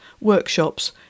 workshops